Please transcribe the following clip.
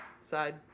Side